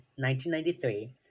1993